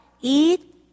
eat